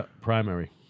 primary